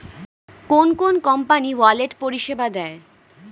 কোন কোন company wallet পরিষেবা দেয়?